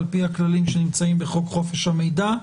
לפי הכללים שנמצאים בחוק חופש המידע,